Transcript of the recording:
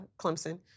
Clemson